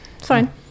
Fine